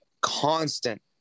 constant